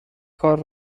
کار